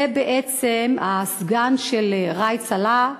זה בעצם הסגן של ראאד סלאח,